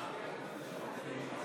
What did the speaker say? שלוש